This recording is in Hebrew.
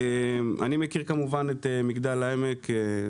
אני מכיר כמובן את מגדל העמק,